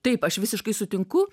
taip aš visiškai sutinku